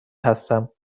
هستم